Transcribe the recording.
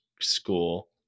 school